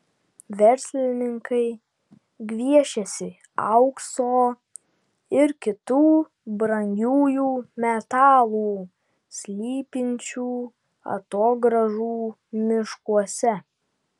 verslininkai gviešiasi aukso ir kitų brangiųjų metalų slypinčių atogrąžų miškuose